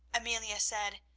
amelia said,